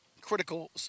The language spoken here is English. critical